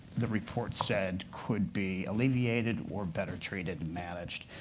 the report said, could be alleviated or better treated and managed.